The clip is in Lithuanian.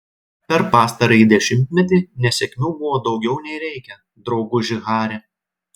per pastarąjį dešimtmetį nesėkmių buvo daugiau nei reikia drauguži hari